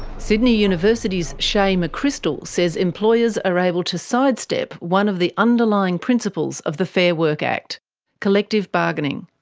sydney university's shae mccrystal says employers are able to sidestep one of the underlying principles of the fair work act collective bargaining.